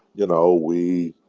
you know, we,